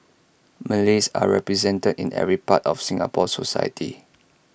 Malays are represented in every part of Singapore society